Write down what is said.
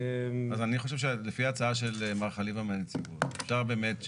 אז אני חושב שלפי ההצעה של מר חליבה מהנציבות אפשר באמת,